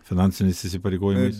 finansiniais įsipareigojimais